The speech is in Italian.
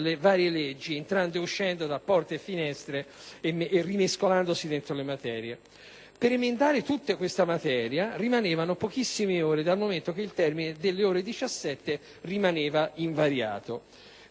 le varie leggi, entrando e uscendo da porte e finestre e rimescolandosi nelle materie. Per emendare tutta questa materia rimanevano pochissime ore, dal momento che il termine delle ore 17 rimaneva invariato.